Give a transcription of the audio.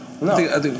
No